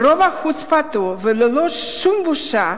ברוב חוצפתו וללא שום בושה,